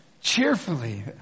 Cheerfully